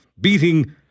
beating